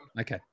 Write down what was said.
okay